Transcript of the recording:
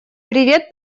привет